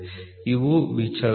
ಇವು ವಿಚಲನಗಳು